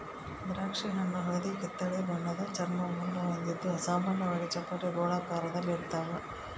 ದ್ರಾಕ್ಷಿಹಣ್ಣು ಹಳದಿಕಿತ್ತಳೆ ಬಣ್ಣದ ಚರ್ಮವನ್ನು ಹೊಂದಿದ್ದು ಸಾಮಾನ್ಯವಾಗಿ ಚಪ್ಪಟೆ ಗೋಳಾಕಾರದಲ್ಲಿರ್ತಾವ